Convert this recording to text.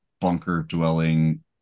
bunker-dwelling